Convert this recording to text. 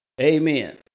Amen